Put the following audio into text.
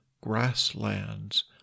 grasslands